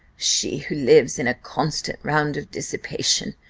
she who lives in a constant round of dissipation,